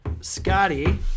Scotty